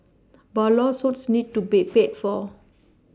but lawsuits need to be paid for